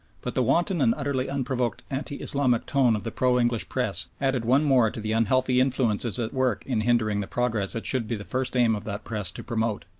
but the wanton and utterly unprovoked anti-islamic tone of the pro-english press added one more to the unhealthy influences at work in hindering the progress it should be the first aim of that press to promote.